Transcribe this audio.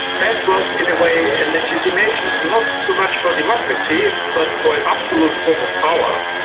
that was in a way a legitimation not so much for democracy but for an absolute form of power.